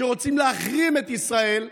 שרוצים להחרים את ישראל,